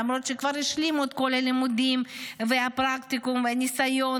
למרות שכבר השלימו את כל הלימודים והפרקטיקה והניסיון